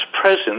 presence